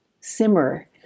simmer